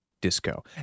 disco